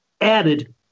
added